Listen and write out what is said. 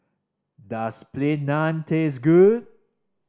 does Plain Naan taste good